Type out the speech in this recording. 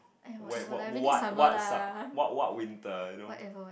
where what what what sub what what winter you know